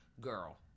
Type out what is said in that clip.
girl